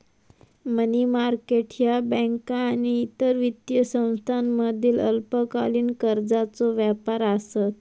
मनी market ह्या बँका आणि इतर वित्तीय संस्थांमधील अल्पकालीन कर्जाचो व्यापार आसत